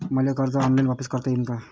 मले कर्ज ऑनलाईन वापिस करता येईन का?